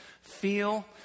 feel